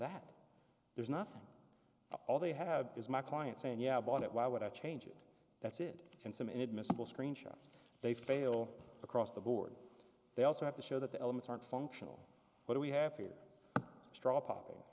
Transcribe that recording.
that there's nothing all they have is my client's and yeah bought it why would i change it that's it and some inadmissible screen shots they fail across the board they also have to show that the elements aren't functional what we have here stropping